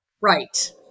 Right